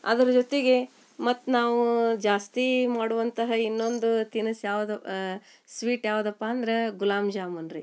ಅದ್ರ ಜೊತೆಗೆ ಮತ್ತೆ ನಾವು ಜಾಸ್ತಿ ಮಾಡುವಂತಹ ಇನ್ನೊಂದು ತಿನಿಸು ಯಾವುದು ಸ್ವೀಟ್ ಯಾವುದಪ್ಪ ಅಂದ್ರೆ ಗುಲಾಬ್ ಜಾಮೂನು ರೀ